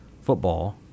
football